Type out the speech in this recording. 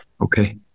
Okay